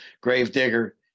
Gravedigger